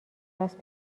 راست